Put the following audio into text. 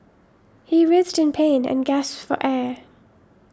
he writhed in pain and gasped for air